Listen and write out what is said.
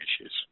issues